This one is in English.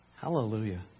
Hallelujah